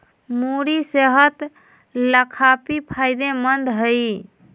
मूरी सेहत लाकाफी फायदेमंद हई